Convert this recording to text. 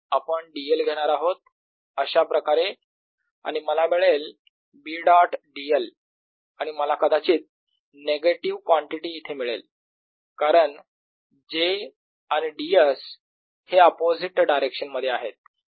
आपण dl घेणार आहोत अशाप्रकारे आणि मला मिळेल B डॉट dl आणि मला कदाचित नेगेटिव क्वांटिटी इथे मिळेल कारण j आणि ds हे अपोझिट डायरेक्शन मध्ये आहेत